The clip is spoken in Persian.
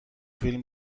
فیلم